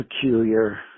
peculiar